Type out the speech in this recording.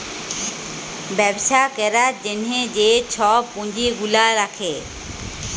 ব্যবছা ক্যরার জ্যনহে যে ছব পুঁজি গুলা রাখে